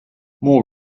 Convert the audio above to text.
more